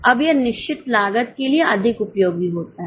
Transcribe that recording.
अब यह निश्चित लागत के लिए अधिक उपयोगी होता है